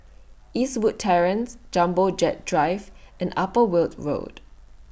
Eastwood Terrace Jumbo Jet Drive and Upper Weld Road